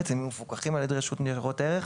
ויהיו מפוקחים על ידי רשות ניירות ערך,